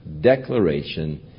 declaration